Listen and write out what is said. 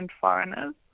foreigners